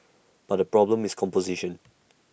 but the problem is composition